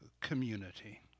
community